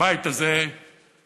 בבית הזה ובאוכלוסייה.